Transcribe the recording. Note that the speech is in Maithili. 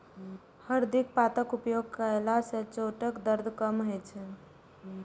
हरदि पातक उपयोग कयला सं चोटक दर्द कम होइ छै